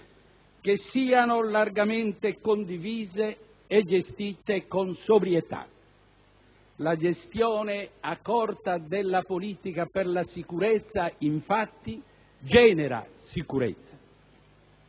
che siano largamente condivise e gestite con sobrietà. La gestione accorta della politica per la sicurezza, infatti, genera sicurezza.